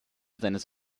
seines